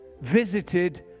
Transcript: visited